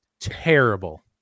terrible